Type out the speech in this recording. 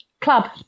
club